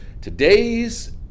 today's